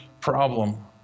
problem